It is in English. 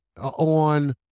on